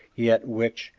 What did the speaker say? yet which,